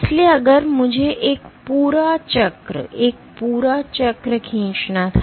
इसलिए अगर मुझे एक पूरा चक्र एक पूरा चक्र खींचना था